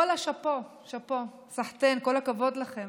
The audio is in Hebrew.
ואללה, שאפו, סחתיין, כל הכבוד לכם.